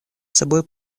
собой